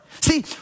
See